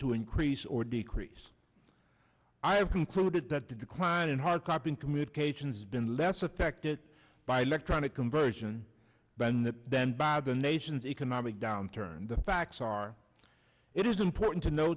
to increase or decrease i have concluded that the decline in hardcopy in communications been less affected by electronic conversion than that then by the nation's economic downturn the facts are it is important to no